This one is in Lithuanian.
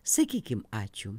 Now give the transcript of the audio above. sakykim ačiū